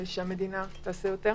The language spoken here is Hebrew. שהמדינה תעשה יותר.